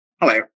Hello